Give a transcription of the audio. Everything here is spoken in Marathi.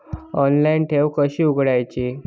ऑनलाइन ठेव कशी उघडायची?